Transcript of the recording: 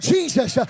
Jesus